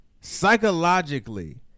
psychologically